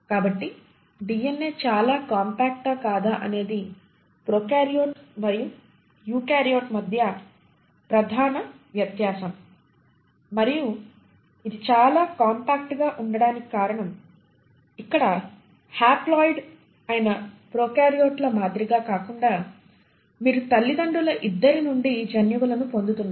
కాబట్టి డిఎన్ఏ చాలా కాంపాక్ట్ ఆ కాదా అనేది ప్రొకార్యోట్ మరియు యూకారియోట్ మధ్య ప్రధాన వ్యత్యాసం మరియు ఇది చాలా కాంపాక్ట్ గా ఉండటానికి కారణం ఇక్కడ హాప్లోయిడ్ అయిన ప్రొకార్యోట్ల మాదిరిగా కాకుండా మీరు తల్లిదండ్రుల ఇద్దరి నుండి జన్యువులను పొందుతున్నారు